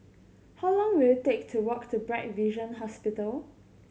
how long will it take to walk to Bright Vision Hospital